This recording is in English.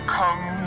come